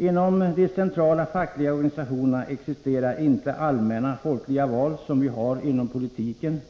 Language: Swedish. Inom de centrala fackliga organisationerna existerar inte allmänna folkliga val, som vi har inom politiken,